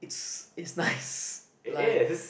it's it's nice like